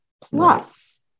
Plus